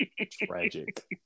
Tragic